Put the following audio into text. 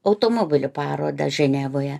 automobilių parodą ženevoje